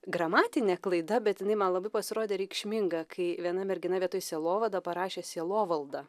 gramatine klaida bet jinai man labai pasirodė reikšminga kai viena mergina vietoj sielovada parašė sielovalda